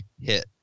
hit